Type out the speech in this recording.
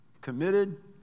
committed